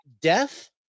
death